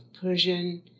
Persian